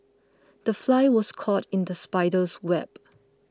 the fly was caught in the spider's web